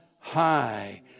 high